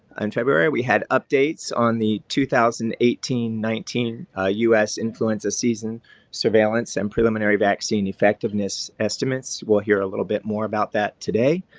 and february we had updates on the two thousand and eighteen nineteen us influenza season surveillance and preliminary vaccine effectiveness estimates, we'll hear a little bit more about that today.